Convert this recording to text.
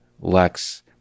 Lex